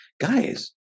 guys